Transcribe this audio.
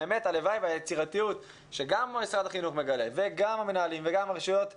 הלוואי והיצירתיות שגם משרד החינוך מגלה וגם המנהלים וגם הרשויות מגלים,